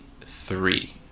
three